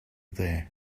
there